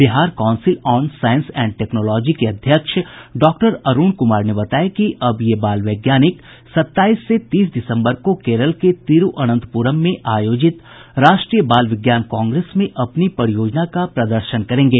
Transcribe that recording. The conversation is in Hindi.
Bihar council on science and technology के अध्यक्ष डॉक्टर अरूण कुमार ने बताया कि अब ये बाल वैज्ञानिक सत्ताईस से तीस दिसम्बर को केरल के तिरूअनंनतपुरम में आयोजित राष्ट्रीय बाल विज्ञान कांग्रेस में अपनी परियोजना का प्रदर्शन करेंगे